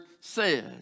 says